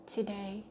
today